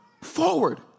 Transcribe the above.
Forward